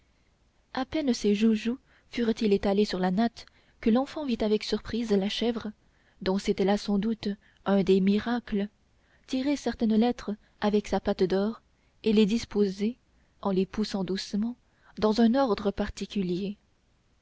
à peine ces joujoux furent-ils étalés sur la natte que l'enfant vit avec surprise la chèvre dont c'était là sans doute un des miracles tirer certaines lettres avec sa patte d'or et les disposer en les poussant doucement dans un ordre particulier